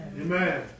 Amen